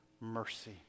mercy